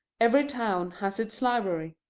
every town has its library.